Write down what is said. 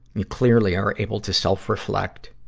you clearly are able to self-reflect.